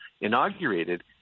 inaugurated